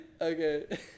Okay